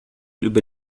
über